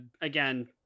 again